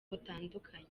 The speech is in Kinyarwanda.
butandukanye